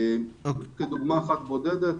כדוגמה אחת בודדת,